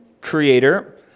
creator